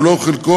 כולו או חלקו,